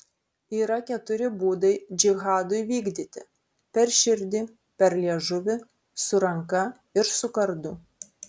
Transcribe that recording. yra keturi būdai džihadui vykdyti per širdį per liežuvį su ranka ir su kardu